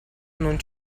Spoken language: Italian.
non